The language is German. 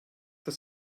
das